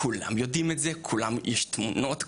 כולם יודעים את זה ויש תמונות,